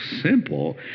simple